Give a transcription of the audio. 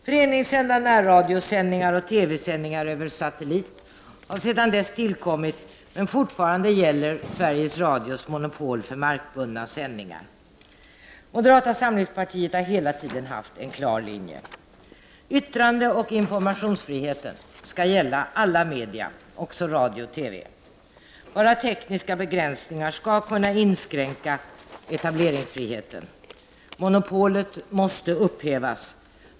Föreningssända närradiosändningar och TV-sändningar över satellit har sedan dess tillkommit, men fortfarande gäller Sveriges Radios monopol för markbundna sändningar. Moderata samlingspartiet har hela tiden haft en klar linje: yttrandeoch informationsfriheten skall gälla alla media, också radio och TV. Endast tekniska begränsningar skall kunna inskränka etableringsfriheten. Monopolet måste upphävas.